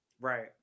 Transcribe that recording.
right